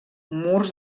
murs